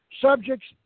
subjects